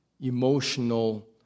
emotional